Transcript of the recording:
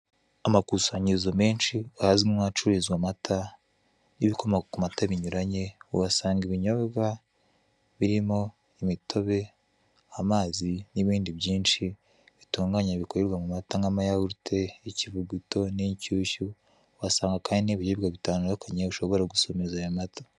Amakusanyirizo menshi ahazwi nk'ahacururizwa amata, n'ibikomoka ku mata binyuranye, uhasanga ibinyobwa birimo: imitobe, amazi, n'ibindi byinshi bitunganye bikorerwa mu mata nkamayawurute, ikivuguto n'inshyushyu, uhanga kandi n'ibiribwa bitandukanye ushobora gusomeza ayo mata.